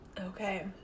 Okay